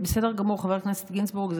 בסדר גמור, חבר הכנסת גינזבורג.